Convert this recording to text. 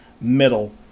middle